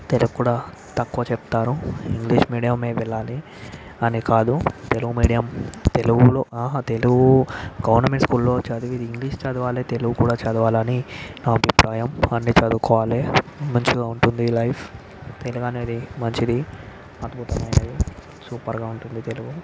తెలుగు కూడ తక్కువ చెప్తారు ఇంగ్లీష్ మీడియమే వెళ్ళాలి అని కాదు తెలుగు మీడియం తెలుగులో తెలుగు గవర్నమెంట్ స్కూల్లో ఇంగ్షీషు చదవాలి తెలుగు కూడా చదవాలని నా అభిప్రాయం అన్ని చదువుకోవాలి మంచిగా ఉంటుంది లైఫ్ తెలుగు అనేది మంచిది అద్భుతమైనది సూపర్గా ఉంటుంది తెలుగు